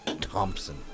Thompson